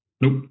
nope